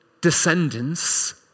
Descendants